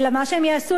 אלא מה שהם יעשו,